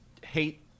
hate